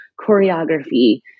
choreography